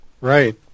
Right